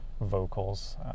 vocals